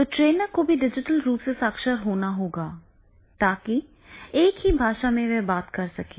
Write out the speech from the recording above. तो ट्रेनर को भी डिजिटल रूप से साक्षर होना होगा ताकि एक ही भाषा में बात कर सकें